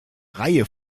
reihe